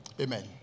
Amen